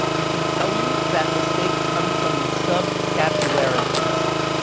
we can tell you that the steak comes from the subscapularis muscle.